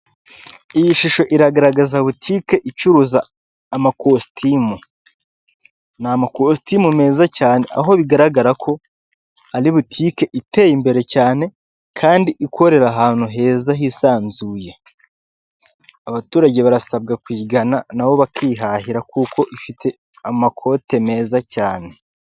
Iyi shusho iragaragaza butike icuruza amakositimu, n'amakositimu meza cyane aho bigaragara ko ari butike iteye imbere cyane kandi ikorera ahantu heza hisanzuye. Abaturage barasabwa kuyigana nabo bakihahira kuko ifite amakote meza cyane.